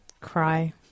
cry